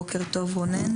בוקר טוב רונן,